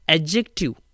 Adjective